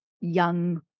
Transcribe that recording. young